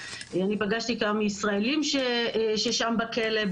אני פגשתי גם ישראלים ששם בכלא,